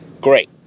great